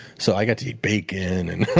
so i got to eat bacon and